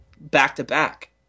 back-to-back